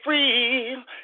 Free